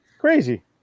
Crazy